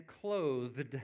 clothed